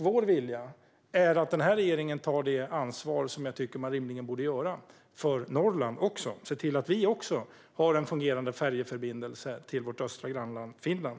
Vår vilja är att den här regeringen tar det ansvar man rimligen borde ta för Norrland och ser till att också vi har en fungerande färjeförbindelse till vårt östra grannland Finland.